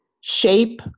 shape